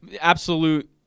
absolute